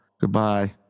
Goodbye